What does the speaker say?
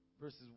Verses